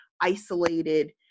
isolated